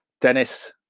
Dennis